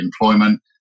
employment